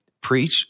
preach